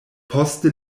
poste